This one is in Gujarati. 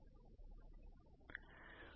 ગૌસના નિયમ દ્વારા E